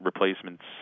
replacements